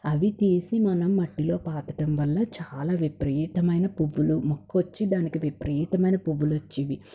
అవి తీసి మనం మట్టిలో పాతటం వల్ల చాలా విపరీతమైన పువ్వులు మొక్క వచ్చి దానికి విపరీతమైన పువ్వులొచ్చేవి